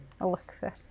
Alexa